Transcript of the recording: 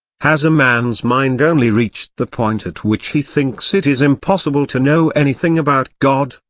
has a man's mind only reached the point at which he thinks it is impossible to know anything about god,